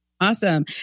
Awesome